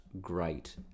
great